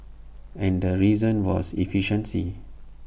and the reason was efficiency